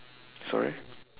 sorry